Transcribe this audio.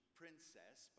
princess